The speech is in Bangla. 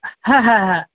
হ্যাঁ হ্যাঁ হ্যাঁ